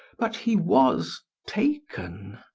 but he was taken.